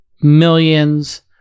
millions